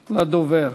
לדובר.